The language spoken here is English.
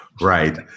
Right